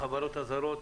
החברות הזרות,